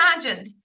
imagined